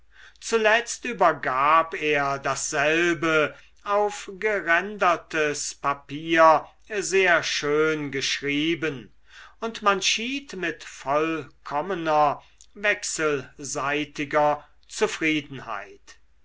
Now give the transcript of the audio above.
zuletzt übergab er dasselbe auf gerändertes papier sehr schön geschrieben und man schied mit vollkommener wechselseitiger zufriedenheit